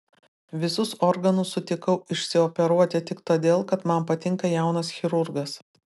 visus organus sutikau išsioperuoti tik todėl kad man patinka jaunas chirurgas